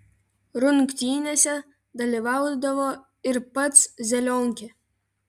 rungtynėse dalyvaudavo ir pats zelionkė